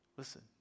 Listen